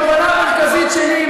התובנה המרכזית שלי,